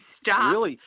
stop